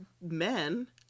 men